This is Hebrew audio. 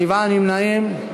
שבעה נמנעים.